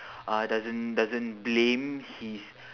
uh doesn't doesn't blame his